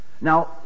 Now